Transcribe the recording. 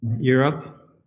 Europe